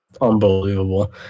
unbelievable